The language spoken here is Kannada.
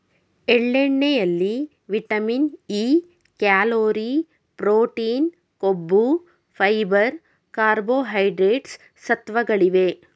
ಎಳ್ಳೆಣ್ಣೆಯಲ್ಲಿ ವಿಟಮಿನ್ ಇ, ಕ್ಯಾಲೋರಿ, ಪ್ರೊಟೀನ್, ಕೊಬ್ಬು, ಫೈಬರ್, ಕಾರ್ಬೋಹೈಡ್ರೇಟ್ಸ್ ಸತ್ವಗಳಿವೆ